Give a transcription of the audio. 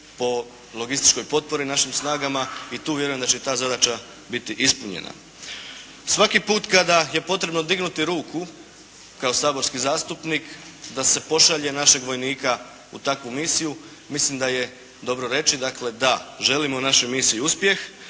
po logističkoj potpori našim snagama. I tu vjerujem da će i ta zadaća biti ispunjena. Svaki put kada je potrebno dignuti ruku kao saborski zastupnik da se pošalje našeg vojnika u takvu misiju mislim da je dobro reći dakle da želimo našoj misiji uspjeh,